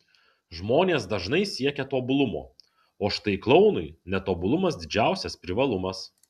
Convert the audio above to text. žmonės dažnai siekia tobulumo o štai klounui netobulumas didžiausias privalumas